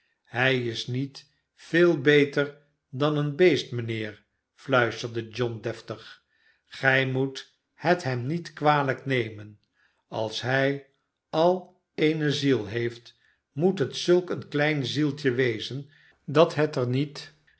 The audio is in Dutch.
hij is met veel beter dan een beest mijnheer fluisterde john deftig gij moet het hem niet kwalijk nemen als hij al eene ziel heeft moet het zulk een klein zieltje wezen dat het er met